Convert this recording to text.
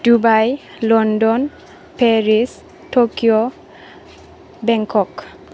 Dubai London Paris Tokyo Bangkok